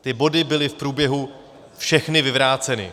Ty body byly v průběhu všechny vyvráceny.